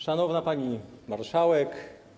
Szanowna Pani Marszałek!